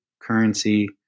currency